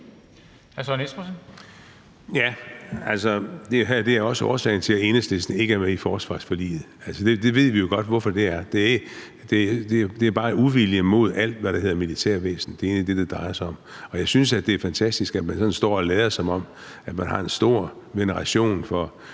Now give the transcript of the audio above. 14:31 Søren Espersen (DF): Altså, det her er også årsagen til, at Enhedslisten ikke er med i forsvarsforliget. Vi ved jo godt hvorfor. Det er bare uvilje mod alt, hvad der hedder militærvæsen. Det er egentlig det, det drejer sig om. Og jeg synes, at det er fantastisk, at man sådan står og lader, som om man har en stor veneration for